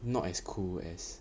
not as cool as